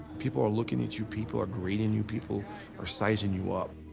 people are looking at you, people are grading you, people are sizing you up.